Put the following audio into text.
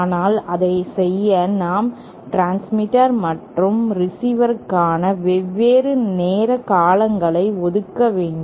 ஆனால் அதைச் செய்ய நாம் டிரான்ஸ்மிட்டர் மற்றும் ரிசீவருக்கான வெவ்வேறு நேர காலங்களை ஒதுக்க வேண்டும்